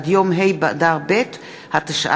עד יום ה' באדר ב' התשע"ד,